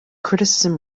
criticism